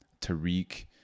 Tariq